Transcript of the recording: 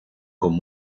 con